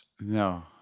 No